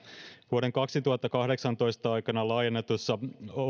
vuoden kaksituhattakahdeksantoista aikana laajennetussa